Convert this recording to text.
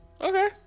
Okay